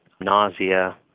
nausea